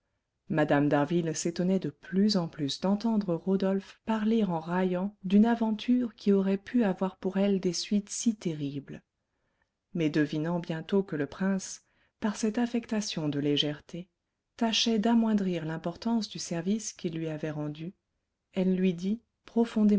mme d'harville s'étonnait de plus en plus d'entendre rodolphe parler en raillant d'une aventure qui aurait pu avoir pour elle des suites si terribles mais devinant bientôt que le prince par cette affectation de légèreté tâchait d'amoindrir l'importance du service qu'il lui avait rendu elle lui dit